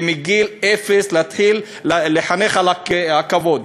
ומגיל אפס להתחיל לחנך לכבוד.